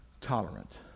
tolerant